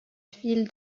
ville